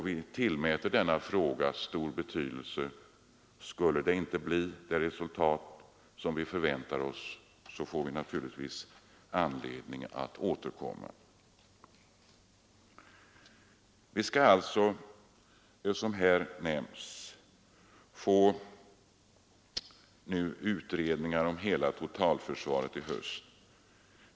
Vi tillmäter denna fråga stor betydelse, och om det inte skulle bli det resultat som vi förväntar oss, får vi naturligtvis anledning att återkomma. Vi skall alltså, som här nämnts, få en ny stor utredning om hela totalförsvaret i höst.